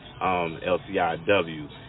LCIW